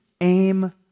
Aim